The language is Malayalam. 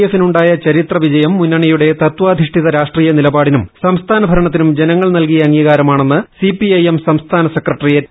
എഫിനുണ്ടായ ചരിത്ര വിജയം മുന്നണിയുടെ തത്താധിഷ്ഠിത രാഷ്ട്രീയ നിലപാടിനും സംസ്ഥാന ഭരണത്തിനും ജനങ്ങൾ നൽകിയ അംഗീകാരമാണെന്ന് സി പി ഐ എം സംസ്ഥാന സെക്രട്ടറിയേറ്റ്